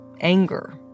anger